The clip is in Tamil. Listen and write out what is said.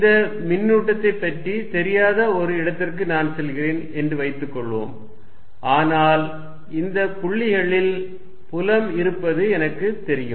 இந்த மின்னூட்டத்தைப் பற்றி தெரியாத ஒரு இடத்திற்கு நான் செல்கிறேன் என்று வைத்துக்கொள்வோம் ஆனால் இந்த புள்ளிகளில் புலம் இருப்பது எனக்கு தெரியும்